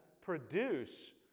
produce